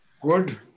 Good